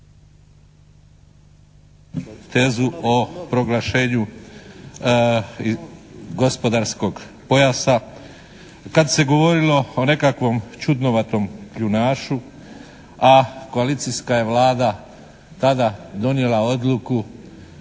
tezu o proglašenju gospodarskog pojasa, kad se govorilo o nekakvom čudnovatom kljunašu a koalicijska je Vlada tada donijela odluku